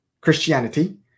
Christianity